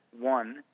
one